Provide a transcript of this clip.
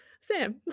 Sam